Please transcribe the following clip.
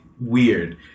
weird